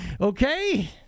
Okay